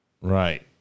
Right